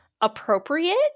appropriate